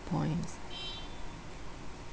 points